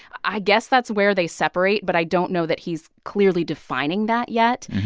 i guess that's where they separate, but i don't know that he's clearly defining that yet.